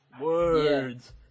Words